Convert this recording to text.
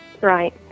Right